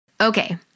Okay